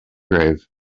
grave